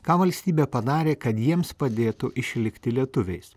ką valstybė padarė kad jiems padėtų išlikti lietuviais